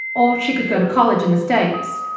or she could go to college in the states,